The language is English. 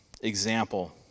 example